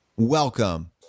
Welcome